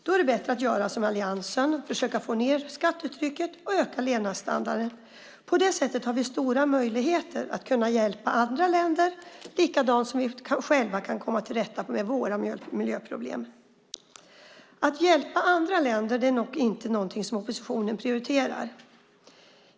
Då är det bättre att göra som alliansen och försöka få ned skattetrycket och öka levnadsstandarden. På det sättet har vi stora möjligheter att hjälpa andra länder och att komma till rätta med våra egna miljöproblem. Att hjälpa andra länder är nog inte någonting som oppositionen prioriterar.